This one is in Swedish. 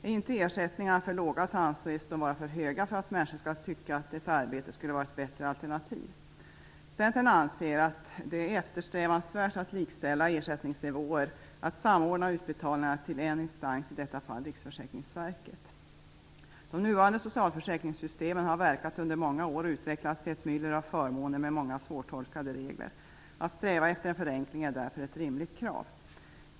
Är inte ersättningarna för låga anses de för höga för att människor skall tycka att ett arbete är ett bättre alternativ. Centern anser att det är eftersträvansvärt att likställa ersättningsnivåer och att samordna utbetalningarna till en instans, i detta fall Riksförsäkringsverket. De nuvarande socialförsäkringssystemen har verkat under många år och utvecklats till ett myller av förmåner med många svårtolkade regler. Att sträva efter en förenkling är därför ett rimligt krav.